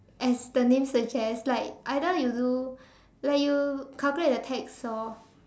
as the name suggests like either you do like you calculate the tax or